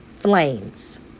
flames